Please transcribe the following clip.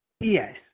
Yes